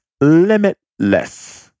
limitless